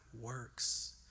works